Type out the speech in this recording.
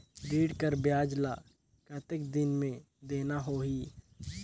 ऋण कर ब्याज ला कतेक दिन मे देना होही?